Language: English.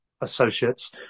associates